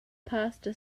pasta